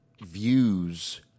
views